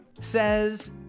says